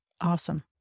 Awesome